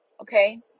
okay